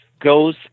goes